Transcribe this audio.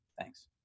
Thanks